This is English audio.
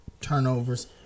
turnovers